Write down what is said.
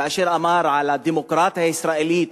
כאשר אמר על הדמוקרטיה הישראלית,